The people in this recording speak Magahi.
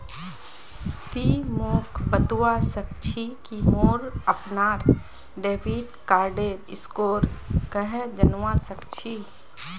ति मोक बतवा सक छी कि मोर अपनार डेबिट कार्डेर स्कोर कँहे जनवा सक छी